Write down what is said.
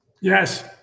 Yes